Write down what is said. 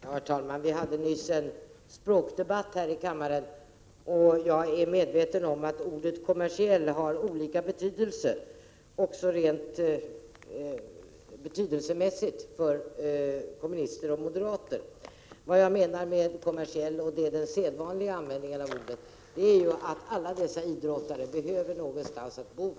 Herr talman! Vi hade nyss en språkdebatt i kammaren. Jag är medveten om att ordet kommersiell har olika betydelser för kommunister och moderater. Vad jag lägger in i ordet kommersiell är den sedvanliga betydelsen: att alla idrottare behöver någonstans att bo,